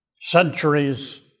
centuries